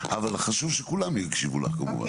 אבל חשוב שכולם יקשיבו לך כמובן,